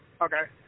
okay